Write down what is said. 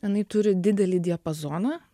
jinai turi didelį diapazoną